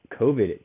COVID